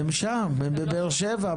הם שם הם בבאר שבע,